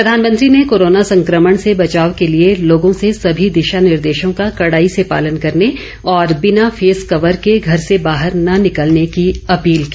प्रधानमंत्री ने कोरोना संक्रमण से बचाव के लिए लोगों से समी दिशा निर्देशों का कड़ाई से पालन करने और बिना फेस कवर के घर से बाहर न निकलने की अपील की